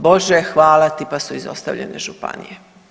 Bože hvala ti pa su izostavljene županije.